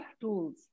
tools